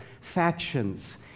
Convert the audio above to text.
factions